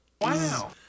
Wow